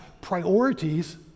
priorities